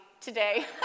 today